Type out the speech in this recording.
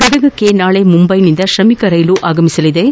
ಗದಗಕ್ಕೆ ನಾಳೆ ಮುಂದೈನಿಂದ ಶ್ರಮಿಕ ರೈಲು ಆಗಮಿಸಲಿದ್ದು